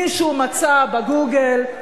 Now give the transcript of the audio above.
מישהו מצא ב"גוגל",